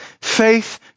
faith